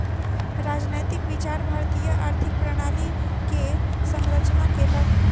राजनैतिक विचार भारतीय आर्थिक प्रणाली के संरचना केलक